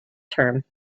term